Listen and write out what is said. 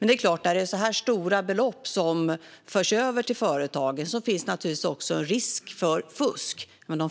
När så stora belopp förs över till företag finns naturligtvis också en risk för fusk, men de